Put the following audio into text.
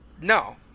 no